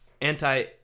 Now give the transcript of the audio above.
anti